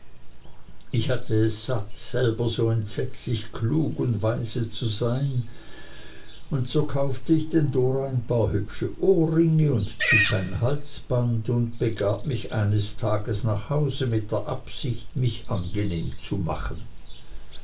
ich hatte es satt selber so entsetzlich klug und weise zu sein und so kaufte ich denn dora ein paar hübsche ohrringe und jip ein halsband und begab mich eines tages nach hause mit der absicht mich angenehm zu machen